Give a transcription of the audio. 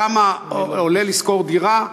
כמה עולה לשכור דירה,